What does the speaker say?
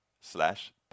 Slash